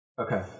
Okay